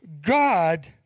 God